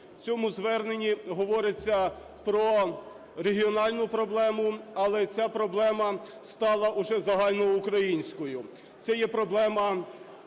В цьому зверненні говориться про регіональну проблему, але ця проблема стала уже загальноукраїнською,